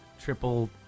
triple